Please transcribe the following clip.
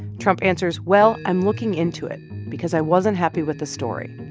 trump answers, well, i'm looking into it because i wasn't happy with the story.